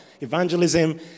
evangelism